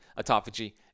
autophagy